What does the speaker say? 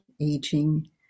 aging